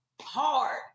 hard